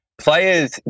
Players